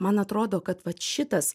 man atrodo kad vat šitas